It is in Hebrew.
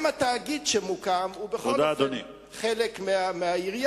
גם התאגיד שמוקם הוא בכל זאת חלק מהעירייה.